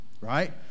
right